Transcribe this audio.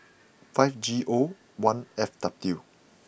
five G O one F W